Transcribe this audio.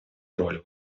роль